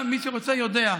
מי שרוצה יודע.